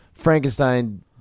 Frankenstein